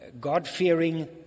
God-fearing